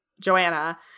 Joanna